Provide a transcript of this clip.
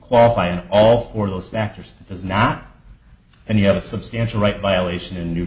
qualify and all four of those factors does not and you have a substantial right violation a new